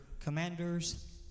commanders